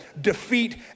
defeat